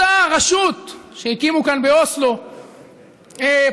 אותה רשות שהקימו כאן באוסלו פועלת,